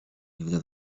nie